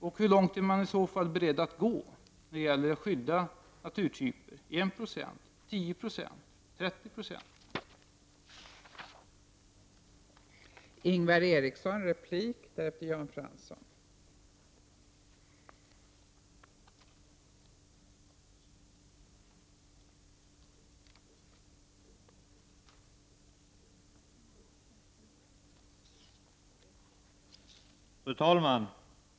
Och hur långt är man i så fall beredd att gå när det gäller att skydda naturtyper — 1 90, 10 96 eller 30 96?